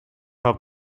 have